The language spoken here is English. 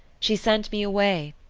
she sent me away,